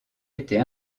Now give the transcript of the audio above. été